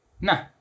no